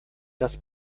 das